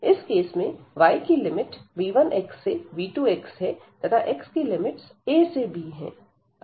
इस केस में y की लिमिट v1x से v2x है तथा x की लिमिट्स a से b हैं